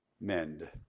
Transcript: mend